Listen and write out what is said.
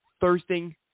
thirsting